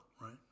Right